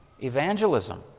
evangelism